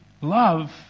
love